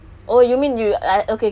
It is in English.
the malls